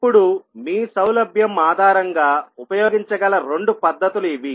ఇప్పుడు మీ సౌలభ్యం ఆధారంగా ఉపయోగించగల రెండు పద్ధతులు ఇవి